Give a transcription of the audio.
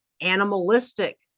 animalistic